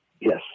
Yes